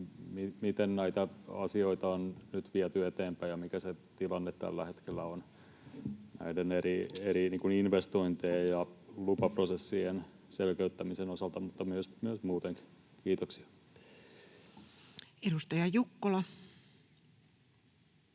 Miten näitä asioita on nyt viety eteenpäin, ja mikä se tilanne tällä hetkellä on näiden eri investointien ja lupaprosessien selkeyttämisen osalta mutta myös muuten? — Kiitoksia. [Speech 211]